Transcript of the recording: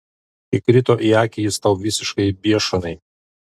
įkrito į akį jis tau visiškai biešanai